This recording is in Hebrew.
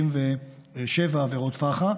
וכ-1,567 עבירות פח"ע.